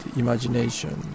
imagination